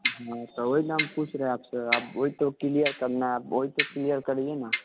हाँ तो वही ना हम पूछ रहे हैं आप से आप वही तो क्लियर करना है आप वही तो क्लियर करिए ना